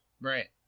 Right